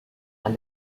and